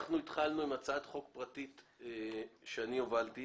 אנחנו התחלנו עם הצעת חוק פרטית שאני הובלתי